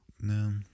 No